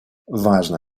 важно